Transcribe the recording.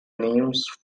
names